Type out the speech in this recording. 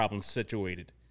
Situated